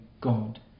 God